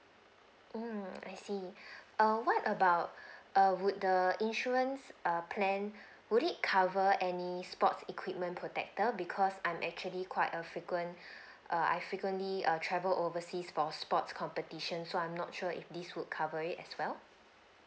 mm I see err what about err would the insurance err plan would it cover any sports equipment protector because I'm actually quite a frequent err I frequently err travel overseas for sports competition so I'm not sure if this would cover it as well